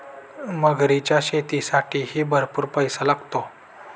मगरीच्या शेतीसाठीही भरपूर पैसा लागतो